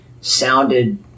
sounded